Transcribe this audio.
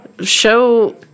show